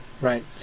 right